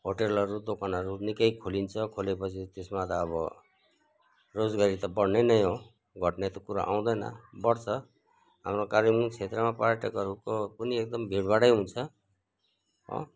होटलहरू दोकानहरू निकै खोलिन्छ खोलेपछि त्यसमा त अब रोजगारी त बढ्ने नै हो घट्ने त कुरा आउँदैन बढ्छ हाम्रो कालिम्पोङ क्षेत्रमा पर्यटकरूको पनि एकदम भिडभाडै हुन्छ हो